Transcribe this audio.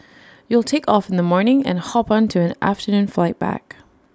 you'll take off in the morning and hop on to an afternoon flight back